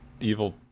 evil